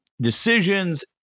decisions